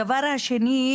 הדבר השני,